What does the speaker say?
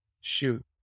shoot